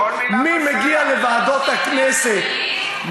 מי מגיע לוועדות הכנסת,